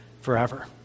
forever